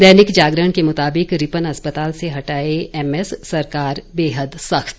दैनिक जागरण के मुताबिक रिपन अस्पताल से हआए एमएस सरकार बेहद सख्त